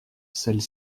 celles